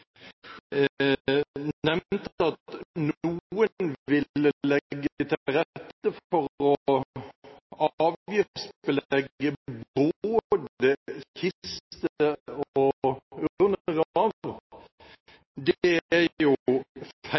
nevnte at noen ville legge til rette for å avgiftsbelegge både kistegrav og urnegrav. Det er jo